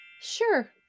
Sure